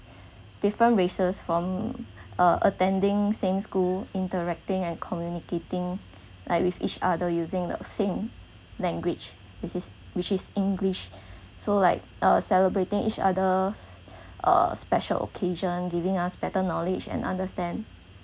different races from uh attending same school interacting and communicating like with each other using the same language which is which is english so like uh celebrating each other a special occasion giving us better knowledge and understand